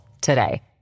today